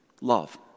love